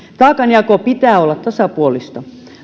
taakanjaon pitää olla tasapuolista